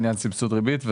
עניין סבסוד ריבית.